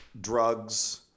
drugs